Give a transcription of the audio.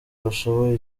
bashoboye